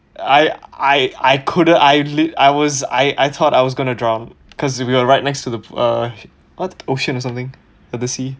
I I I couldn't I Iit~ I was I I thought I was gonna drown cause if you were right next to uh what ocean or something of the sea